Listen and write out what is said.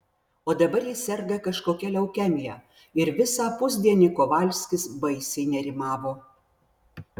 o dabar ji serga kažkokia leukemija ir visą pusdienį kovalskis baisiai nerimavo